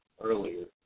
earlier